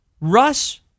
Russ